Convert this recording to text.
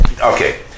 okay